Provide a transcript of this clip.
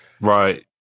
right